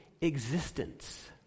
existence